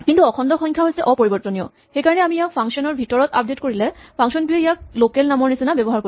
কিন্তু অখণ্ড সংখ্যা হৈছে অপৰিবৰ্তনীয় সেইকাৰণে আমি ইযাক ফাংচন ৰ ভিতৰত আপডেট কৰিলে ফাংচন টোৱে ইয়াক লোকেল মানৰ নিচিনা ব্যৱহাৰ কৰিব